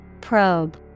Probe